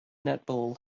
netball